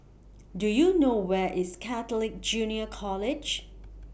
Do YOU know Where IS Catholic Junior College